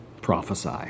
Prophesy